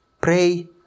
pray